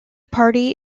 party